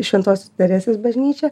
šventos teresės bažnyčią